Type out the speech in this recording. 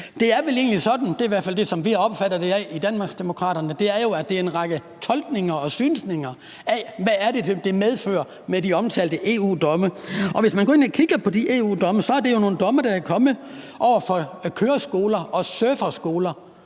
Det er vel egentlig sådan – det er i hvert fald sådan, vi opfatter det i Danmarksdemokraterne – at det er en række tolkninger af og synsninger om, hvad det er, de omtalte EU-domme medfører. Og hvis man går ind og kigger på de EU-domme, er det jo nogle domme, der er kommet over for køreskoler og surferskoler.